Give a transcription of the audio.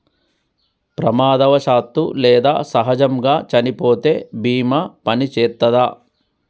ప్రమాదవశాత్తు లేదా సహజముగా చనిపోతే బీమా పనిచేత్తదా?